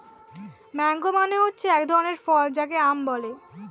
mango মানে হচ্ছে এক ধরনের ফল যাকে আম বলে